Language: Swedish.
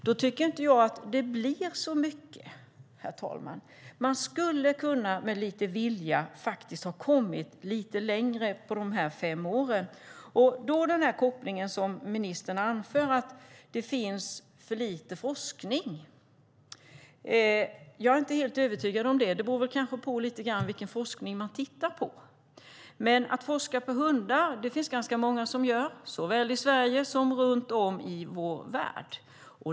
Jag tycker inte att det blir så mycket pengar. Man skulle med lite vilja ha kommit lite längre på de här fem åren. Ministern anför att det finns för lite forskning. Jag är inte helt övertygad om det, och det beror kanske lite grann på vilken forskning man tittar på. Att forska på hundar är det ganska många som gör såväl i Sverige som runt om i vår värld.